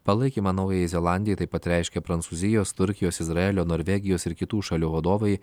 palaikymą naujajai zelandijai taip pat reiškė prancūzijos turkijos izraelio norvegijos ir kitų šalių vadovai